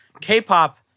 K-pop